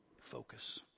focus